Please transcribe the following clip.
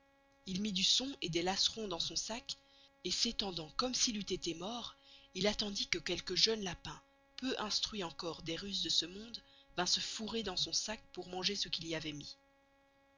il mit du son et des lasserons dans son sac et s'estendant comme s'il eut esté mort il attendit que quelque jeune lapin peu instruit encore des ruses de ce monde vint se fourrer dans son sac pour manger ce qu'il y avoit mis